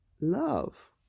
love